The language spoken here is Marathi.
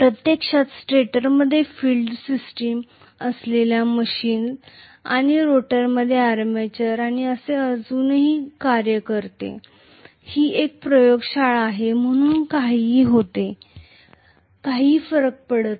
प्रत्यक्षात स्टेटरमध्ये फिल्ड सिस्टम असलेल्या मशीन्स आणि रोटरमध्ये आर्मेचर आणि ते अजूनही कार्य करते ही एक प्रयोगशाळा आहे म्हणून काहीही होते काही फरक पडत नाही